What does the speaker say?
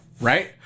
Right